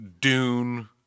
Dune